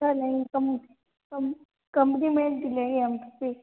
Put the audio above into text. ऐसा नहीं कम कम्पलीमेंटरी